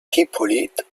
hippolyte